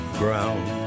ground